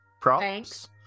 Props